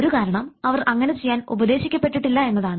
ഒരു കാരണം അവർ അങ്ങനെ ചെയ്യാൻ ഉപദേശിക്കപെട്ടിട്ടില്ല എന്നതാണ്